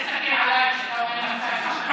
אל תסתכל עליי כשאתה אומר "נפתלי".